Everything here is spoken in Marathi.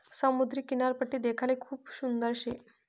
समुद्रनी किनारपट्टी देखाले खूप सुंदर शे